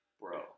Bro